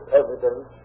evidence